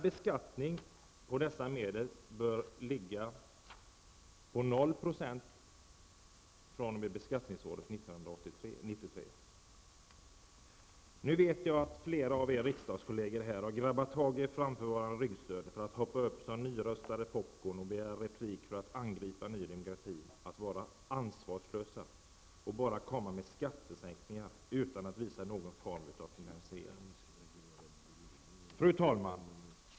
Beskattningen av dessa medel bör ligga på 0 % Nu vet jag att flera av mina riksdagskolleger har grabbat tag i framförvarande ryggstöd för att hoppa upp såsom nyrostade popcorn och begära replik för att angripa Ny Demokrati och påstå att partiet är ansvarslöst och bara kommer med skattesänkningar utan att visa någon form av finansiering. Fru talman!